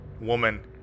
woman